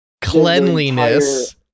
cleanliness